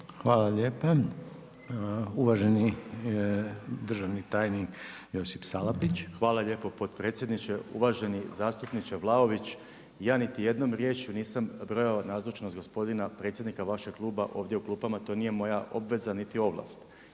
Hvala. Uvaženi državni tajnik Josip Salapić. **Salapić, Josip (HDSSB)** Hvala lijepo potpredsjedniče. Uvaženi zastupniče Vlaović, ja niti jednom riječju nisam brojao nazočnost gospodina predsjednika vašeg kluba ovdje u klupama. To nije moja obveza niti ovlast.